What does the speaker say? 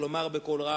יש לומר בקול רם: